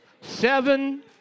seven